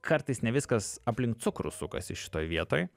kartais ne viskas aplink cukrų sukasi šitoj vietoj